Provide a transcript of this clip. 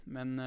Men